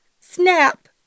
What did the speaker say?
Snap